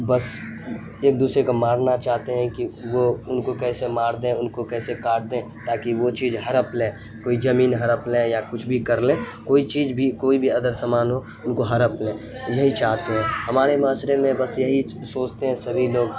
بس ایک دوسرے کو مارنا چاہتے ہیں کہ وہ ان کو کیسے مار دیں ان کو کیسے کاٹ دیں تاکہ وہ چیز ہڑپ لیں کوئی زمین ہڑپ لیں یا کچھ بھی کر لیں کوئی چیز بھی کوئی بھی ادر سامان ہو ان کو ہڑپ لیں یہی چاہتے ہیں ہمارے معاسرے میں بس یہی سوچتے ہیں سبھی لوگ